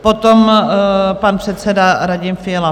Potom pan předseda Radim Fiala.